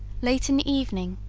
late in the evening,